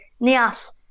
Nias